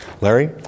Larry